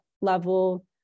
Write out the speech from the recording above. level